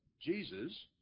Jesus